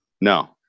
No